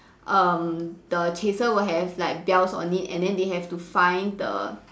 um the chaser will have like bells on it and then they have to find the